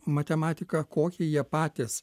matematiką kokią jie patys